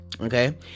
Okay